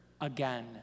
again